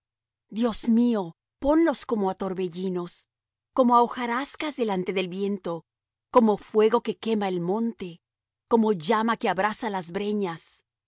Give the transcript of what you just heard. dios mío ponlos como á torbellinos como á hojarascas delante del viento como fuego que quema el monte como llama que abrasa las breñas